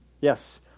Yes